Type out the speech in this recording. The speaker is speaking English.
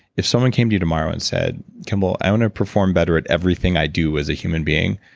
if someone came to you tomorrow and said, kimbal, i want to perform better at everything i do as a human being,